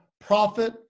profit